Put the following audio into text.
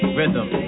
rhythm